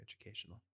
educational